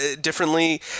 differently